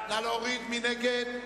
מי נגד?